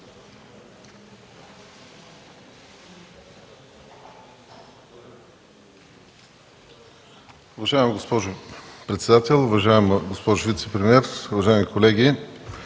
Уважаема госпожо председател, уважаема госпожо вицепремиер, уважаеми колеги!